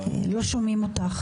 נשמח לשמוע אותך